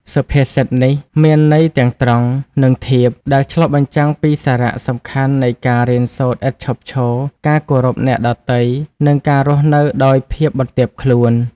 សុភាសិតនេះមានន័យទាំងត្រង់ និងធៀប ដែលឆ្លុះបញ្ចាំងពីសារៈសំខាន់នៃការរៀនសូត្រឥតឈប់ឈរ ការគោរពអ្នកដទៃ និងការរស់នៅដោយភាពបន្ទាបខ្លួន។